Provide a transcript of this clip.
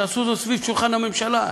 תעשו זאת סביב שולחן הממשלה.